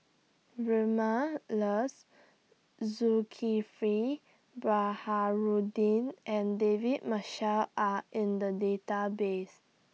Vilma Laus Zulkifli Baharudin and David Marshall Are in The Database